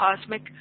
cosmic